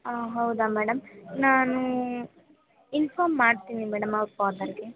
ಹಾಂ ಹೌದ ಮೇಡಮ್ ನಾನು ಇನ್ಫಾರ್ಮ್ ಮಾಡ್ತೀನಿ ಮೇಡಮ್ ಅವ್ರ ಫಾದರ್ಗೆ